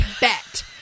Bet